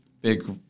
big